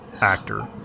actor